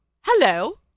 hello